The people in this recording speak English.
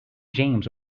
james